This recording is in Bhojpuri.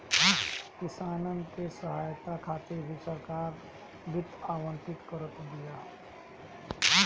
किसानन के सहायता खातिर भी सरकार वित्त आवंटित करत बिया